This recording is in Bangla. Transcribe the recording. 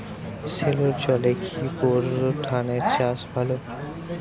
সেলোর জলে কি বোর ধানের চাষ ভালো?